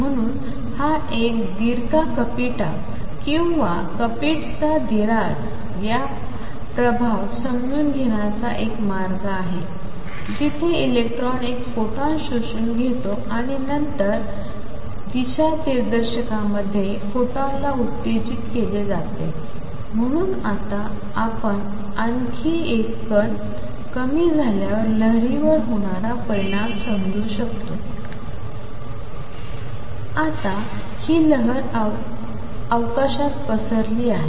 म्हणून हा एक दिरका कपिटा किंवा कपिटझा दिरास प्रभाव समजून घेण्याचा एक मार्ग आहे जिथे इलेक्ट्रॉन एक फोटॉन शोषून घेतो आणि नंतर विपरीत दिशानिर्देशांमध्ये फोटॉनला उत्तेजित केले जाते म्हणूनआता आपण कण आणखी कमी झाल्यावर लहरी वर होणारा परिणाम समझु शकतो आता हि लहर अवकाशांत पसरली आहे